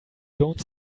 don’t